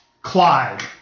Clyde